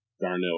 Darnell